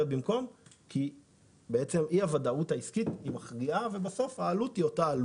במקום מכיוון שאי-ודאות עסקית היא גורם מכריע ולבסוף העלות זהה.